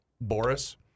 Boris